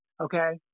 Okay